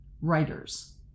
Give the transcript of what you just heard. writers